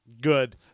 Good